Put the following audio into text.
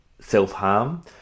self-harm